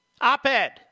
op-ed